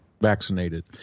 vaccinated